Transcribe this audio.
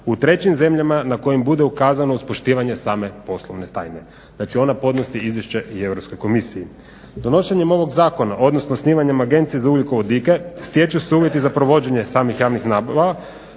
u trećim zemljama na kojim bude ukazano uz poštivanje same poslovne tajne. Znači ona podnosi izvješće i Europskoj komisiji. Donošenjem ovog zakona, odnosno osnivanjem Agencije za ugljikovodike stječu se uvjeti za provođenje samih javnih nadmetanja